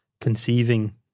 conceiving